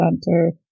center